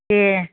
दे